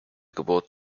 geburt